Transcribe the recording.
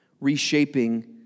Reshaping